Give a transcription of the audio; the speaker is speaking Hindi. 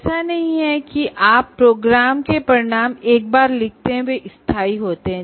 ऐसा नहीं है कि आप कोर्स आउटकम एक बार लिखते हैं और वे स्थायी होते हैं